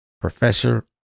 professor